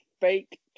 fake